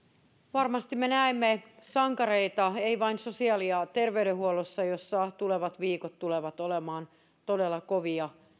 varmasti me näemme sankareita sosiaali ja terveydenhuollossa jossa tulevat viikot tulevat olemaan todella kovia